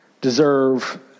deserve